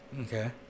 Okay